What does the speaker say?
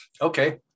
Okay